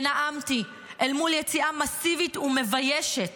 ונאמתי אל מול יציאה מסיבית ומביישת